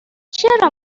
چرا